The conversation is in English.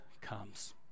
comes